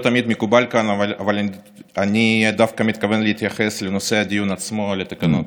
ראיתם קודם את הצעקות ואת הניסיון להצטדק של חבר הכנסת כסיף.